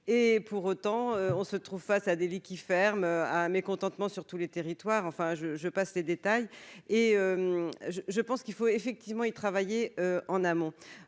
et pour autant on se trouve face à lits qui ferme ah mécontentement sur tous les territoires, enfin je je passe les détails, et je pense qu'il faut effectivement y travailler en amont,